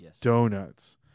Donuts